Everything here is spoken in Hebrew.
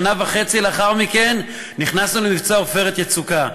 שנה וחצי לאחר מכן נכנסנו למבצע "עופרת יצוקה",